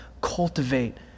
Cultivate